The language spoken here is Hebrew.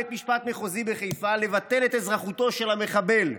בית המשפט המחוזי בחיפה לבטל את אזרחותו של המחבל.